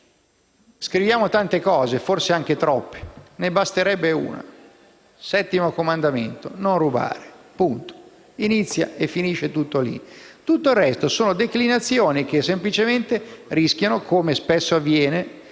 Scriviamo tante cose, e forse anche troppe, mentre ne basterebbe una. Settimo comandamento: «non rubare». Inizia e finisce tutto lì. Il resto sono declinazioni che semplicemente rischiano, come spesso avviene,